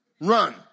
run